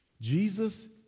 Jesus